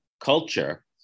culture